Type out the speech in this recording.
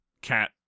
cat